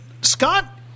Scott –